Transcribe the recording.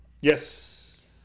Yes